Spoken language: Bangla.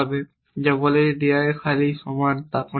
যা বলে যে যদি di খালির সমান তারপর নাল দিন